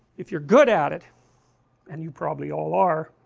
if you are good at it and you probably all are